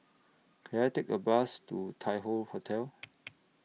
Can I Take A Bus to Tai Hoe Hotel